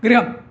गृहम्